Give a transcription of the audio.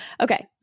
Okay